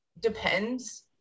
depends